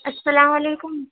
السلام علیکم